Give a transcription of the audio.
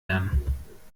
lernen